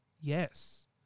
Yes